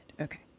Okay